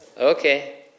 Okay